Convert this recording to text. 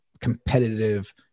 competitive